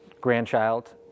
grandchild